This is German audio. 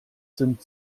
sind